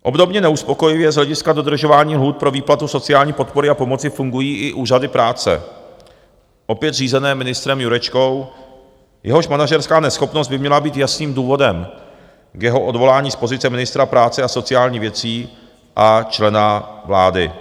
Obdobně neuspokojivě z hlediska dodržování lhůt pro výplatu sociální podpory a pomoci fungují i úřady práce, opět řízené ministrem Jurečkou, jehož manažerská neschopnost by měla být jasným důvodem k jeho odvolání z pozice ministra práce a sociálních věcí a člena vlády.